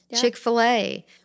Chick-fil-A